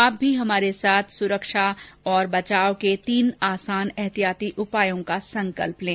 आप भी हमारे साथ सुरक्षा और बचाव के तीन आसान एहतियाती उपायों का संकल्प लें